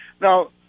Now